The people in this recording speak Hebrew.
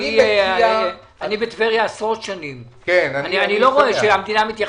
אני בטבריה עשרות שנים ואני לא רואה שהמדינה מתייחסת לטבריה.